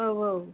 औ औ